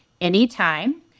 anytime